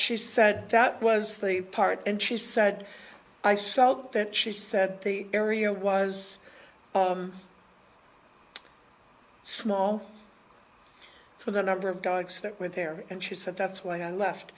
she said that was the part and she said i felt that she said the area was small for the number of dogs that were there and she said that's why i left